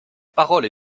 parole